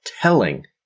telling